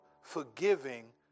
forgiving